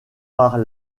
par